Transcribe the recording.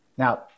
Now